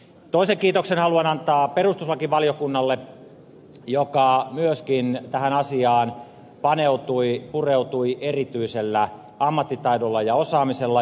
toisen kiitoksen haluan antaa perustuslakivaliokunnalle joka myöskin tähän asiaan paneutui pureutui erityisellä ammattitaidolla ja osaamisella